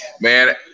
Man